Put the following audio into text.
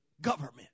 government